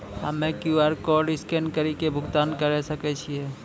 हम्मय QR code scan कड़ी के भुगतान करें सकय छियै?